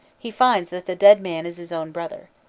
he finds that the dead man is his own brother.